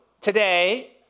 today